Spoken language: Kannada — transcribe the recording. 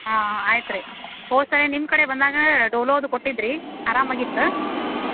ಹಾಂ ಆಯ್ತು ರೀ ಹೋದ್ಸಾರಿ ನಿಮ್ಮ ಕಡೆ ಬಂದಾಗ ಡೋಲೋದು ಕೊಟ್ಟಿದ್ದಿರಿ ಆರಾಮ ಆಗಿತ್ತು ಹ್ಞೂ